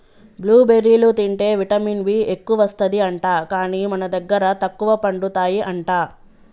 blue బెర్రీలు తింటే vitamin B ఎక్కువస్తది అంట, కానీ మన దగ్గర తక్కువ పండుతాయి అంట